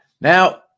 Now